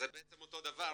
אז זה בעצם אותו דבר.